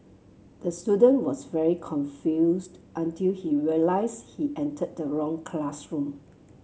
the student was very confused until he realised he entered the wrong classroom